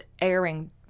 airing